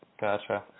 gotcha